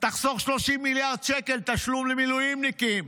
תחסוך 30 מיליארד שקלים תשלום למילואימניקים.